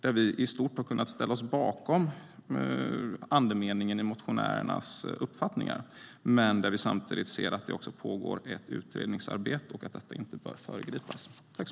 Vi har i stort kunnat ställa oss bakom andemeningen i motionärernas uppfattningar, men eftersom det pågår ett utredningsarbete anser vi att detta inte bör föregripas.